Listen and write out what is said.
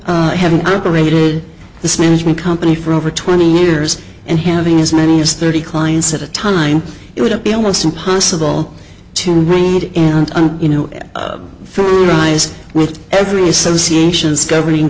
i have an aberrated this management company for over twenty years and having as many as thirty clients at a time it would be almost impossible to read and under you know with every associations governing